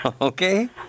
Okay